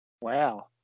wow